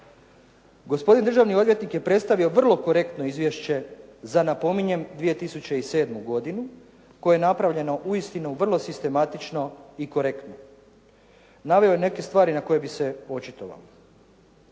Gospodin državni odvjetnik je predstavio vrlo korektno izvješće za, napominjem 2007. godinu koje je napravljeno uistinu vrlo sistematično i korektno. Naveo je neke stvari na koje bih se očitovao.